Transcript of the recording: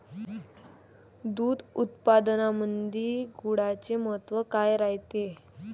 दूध उत्पादनामंदी गुळाचे महत्व काय रायते?